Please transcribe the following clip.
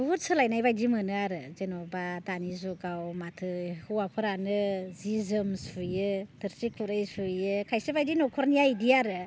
बुहुत सोलायनायबादि मोनो आरो जेन'बा दानि जुगाव माथो हौवाफोरानो जि जोम सुयो थोरसि खुरै सुयो खायसे बायदि न'खरनिया इदि आरो